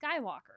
Skywalker